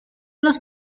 los